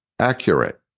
Accurate